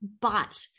but-